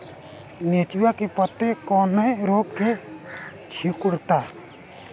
नेनुआ के पत्ते कौने रोग से सिकुड़ता?